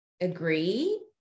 agree